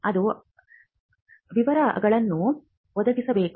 ಅದು ವಿವರಗಳನ್ನು ಒದಗಿಸಬೇಕು